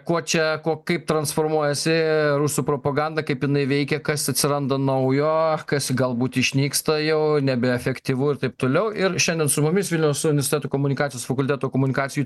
kuo čia ko kaip transformuojasi rusų propaganda kaip jinai veikia kas atsiranda naujo kas galbūt išnyksta jau nebeefektyvu ir taip toliau ir šiandien su mumis vilniaus universiteto komunikacijos fakulteto komunikacijų